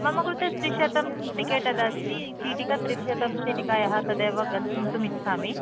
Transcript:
मम कृते त्रिशतं टिकेट् तदस्ति चीटिका त्रिशतं चीटिकायाः तदेव गन्तुमिच्छामि